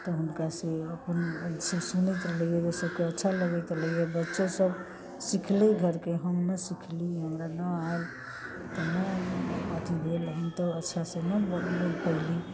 तऽ हुनकासँ सुनैत रहलैए सभके अच्छा लगैत रहलैए बच्चोसभ सिखलै घरके हम न सिखली हमरा न आयल नहि अथी भेल हम तऽ अच्छासँ न बोल पयली